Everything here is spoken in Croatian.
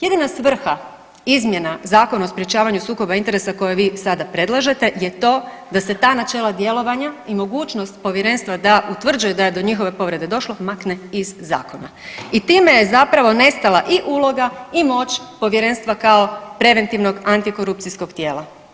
Jedina svrha izmjena Zakona o sprečavanju sukoba interesa koje vi sada predlažete je to da se načela djelovanja i mogućnost povjerenstva da utvrđuje da je do njihove povrede došlo makne iz zakona i time je zapravo nestala i uloga i moć povjerenstva kao preventivnog antikorupcijskog tijela.